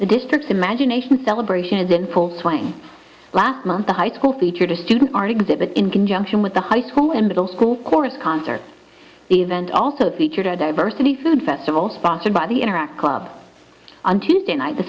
the district's imagination celebration is in full swing last month a high school teacher to student art exhibit in conjunction with the high school and middle school chorus concert event also featured a diversity food festival sponsored by the interact club on tuesday night the